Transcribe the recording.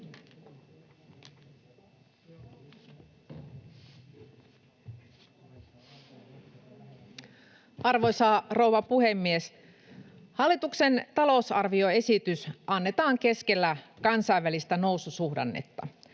Arvoisa rouva puhemies! Hallituksen talousarvioesitys annetaan keskellä kansainvälistä noususuhdannetta.